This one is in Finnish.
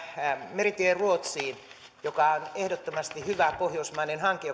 meritie ruotsiin joka on ehdottomasti hyvä pohjoismainen hanke